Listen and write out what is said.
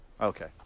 Okay